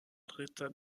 ritter